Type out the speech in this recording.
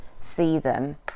season